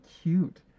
cute